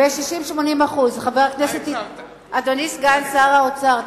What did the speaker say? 60% ב-60% 80%; אדוני סגן שר האוצר,